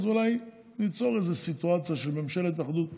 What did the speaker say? אז אולי ניצור איזו סיטואציה של ממשלת אחדות אמיתית.